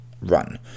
run